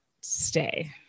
stay